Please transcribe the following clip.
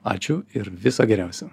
ačiū ir viso geriausio